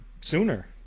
sooner